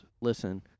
listen